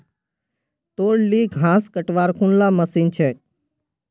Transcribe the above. तोर ली घास कटवार कुनला मशीन छेक